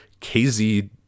KZ